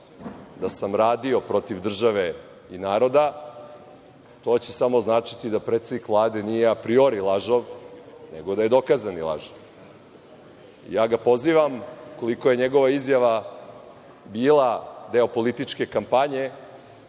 da sam radio protiv države i naroda, to će samo značiti da predsednik Vlade nije apriori lažov, nego da je dokazani lažov. Pozivam ga, ukoliko je njegova izjava bila deo političke kampanje